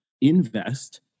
invest